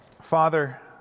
Father